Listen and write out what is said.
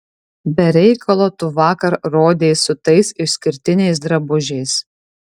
be reikalo tu vakar rodeis su tais išskirtiniais drabužiais